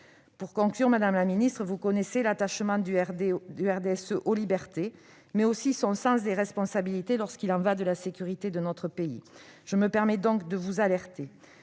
nous. Madame la ministre, vous connaissez l'attachement du groupe du RDSE aux libertés, mais aussi son sens des responsabilités lorsqu'il y va de la sécurité de notre pays. Je me permets donc de vous alerter